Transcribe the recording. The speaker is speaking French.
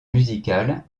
musicales